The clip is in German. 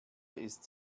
ist